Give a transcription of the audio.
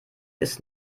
ist